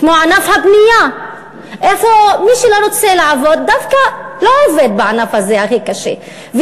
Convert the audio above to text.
כמו ענף הבנייה מי שלא רוצה לעבוד דווקא לא עובד בענף הכי קשה הזה,